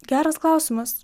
geras klausimas